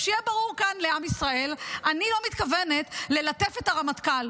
שיהיה ברור כאן לעם ישראל: אני לא מתכוונת ללטף את הרמטכ"ל.